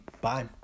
Bye